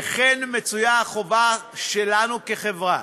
וכאן מצויה החובה שלנו כחברה